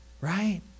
Right